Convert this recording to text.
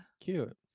Cute